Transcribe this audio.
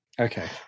Okay